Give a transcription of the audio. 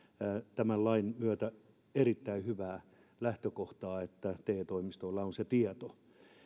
tämän lain myötä syntyvää erittäin hyvää lähtökohtaa että te toimistoilla on se tieto